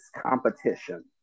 competition